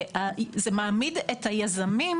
זה מעמיד את היזמים